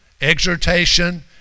exhortation